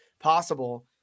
possible